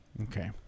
Okay